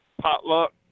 potluck